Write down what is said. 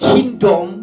Kingdom